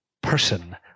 person